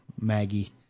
Maggie